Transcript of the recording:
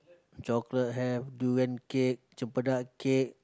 chocolate have durian cake cempedak cake